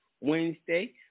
Wednesday